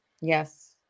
Yes